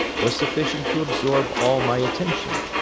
were sufficient to absorb all my attention,